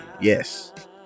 yes